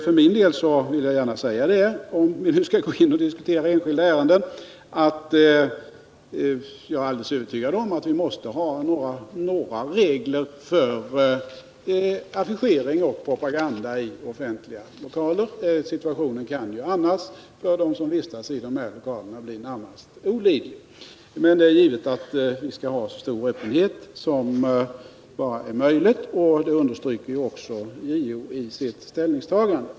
För min del vill jag — om vi nu skall gå in på en diskussion av enskilda ärenden — gärna säga att jag är alldeles övertygad om att vi måste ha några regler om affischering och propaganda i offentliga lokaler. Situationen kan ju annars för dem som vistas i dessa lokaler bli närmast olidlig. Men det är givet att vi skall ha så stor öppenhet som bara är möjligt. Det understryker också JO i sitt ställningstagande.